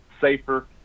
safer